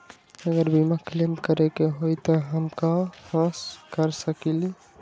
अगर बीमा क्लेम करे के होई त हम कहा कर सकेली?